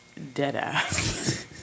Deadass